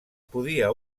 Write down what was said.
podia